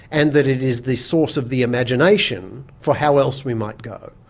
and that it is the source of the imagination for how else we might go.